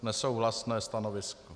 Nesouhlasné stanovisko.